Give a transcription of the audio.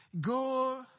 go